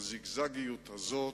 הזיגזגיות הזאת,